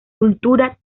cultura